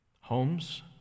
homes